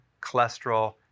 cholesterol